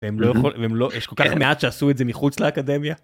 הם לא יכולים לא יש כל כך מעט שעשו את זה מחוץ לאקדמיה.